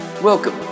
Welcome